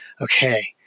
okay